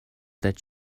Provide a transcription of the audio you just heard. that